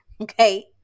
okay